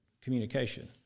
communication